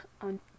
On